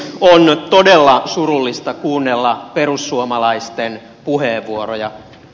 on todella surullista kuunnella perussuomalaisten puheenvuoroja